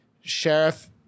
sheriff